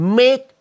make